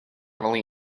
really